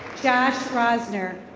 joss larzner.